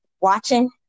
watching